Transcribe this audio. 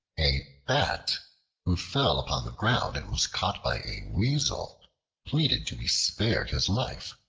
a bat who fell upon the ground and was caught by a weasel pleaded to be spared his life.